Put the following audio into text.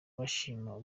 bashima